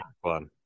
one